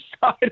side